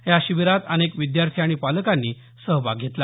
या शिबिरात अनेक विद्यार्थी आणि पालकांनी सहभाग घेतला